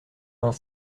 vingt